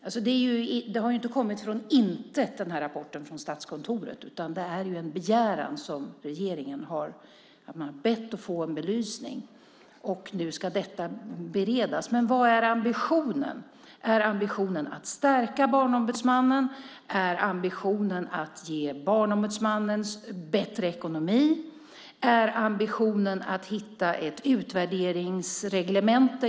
Rapporten från Statskontoret har ju inte kommit från intet, utan det är en begäran från regeringen. Man har bett om att få en belysning, och nu ska detta beredas. Men vad är ambitionen? Är ambitionen att stärka Barnombudsmannen? Är ambitionen att ge Barnombudsmannen bättre ekonomi? Är ambitionen att hitta ett utvärderingsreglemente?